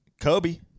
Kobe